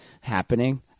happening